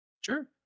Sure